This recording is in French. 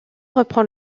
reprend